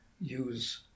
use